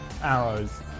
arrows